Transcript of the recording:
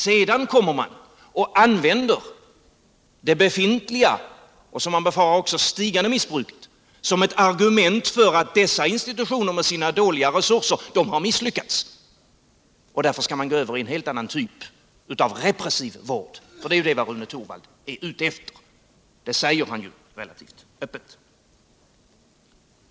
Sedan använder man det befintliga och som man befarar stigande missbruket som ett argument för att dessa institutioner med sina dåliga resurser misslyckats, och därför skall man gå över i en helt annan typ av repressiv vård, för det är ju vad Rune Torwald är ute efter. Det säger han ju öppet.